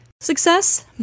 success